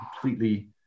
completely